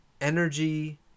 energy